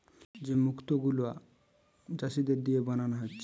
যে মুক্ত গুলা চাষীদের দিয়ে বানানা হচ্ছে